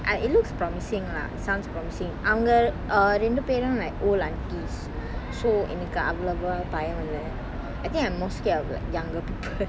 ah it looks promising lah sounds promising அவங்க:avanga err ரெண்டு பேரும்:rendu perum like old aunties so எனக்கு அவ்வளவா பயயில்ல:enakku avvalava payayilla I think I'm more scared of like younger people